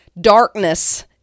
darkness